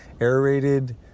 aerated